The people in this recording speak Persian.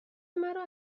مرا